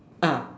ah